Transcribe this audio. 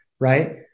right